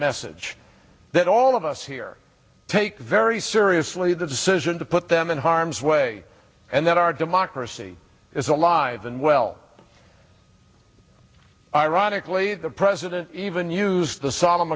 message that all of us here take very seriously the decision to put them in harm's way and that our democracy is alive and well ironically the president even used the solemn